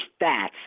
stats